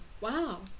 Wow